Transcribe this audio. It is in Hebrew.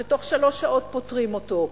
שתוך שלוש שעות פותרים אותו,